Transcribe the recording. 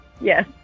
Yes